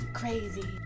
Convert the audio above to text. crazy